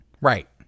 Right